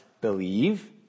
believe